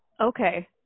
Okay